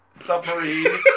Submarine